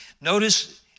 Notice